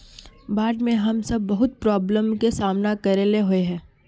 बाढ में हम सब बहुत प्रॉब्लम के सामना करे ले होय है?